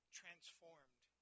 transformed